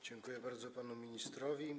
Dziękuję bardzo panu ministrowi.